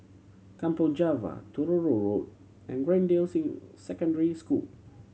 Kampong Java Truro Road and Greendale Secondary School